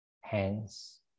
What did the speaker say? hands